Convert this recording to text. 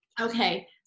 Okay